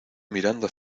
mirando